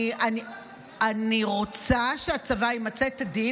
אני רוצה שהצבא ימצה את הדין,